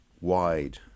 wide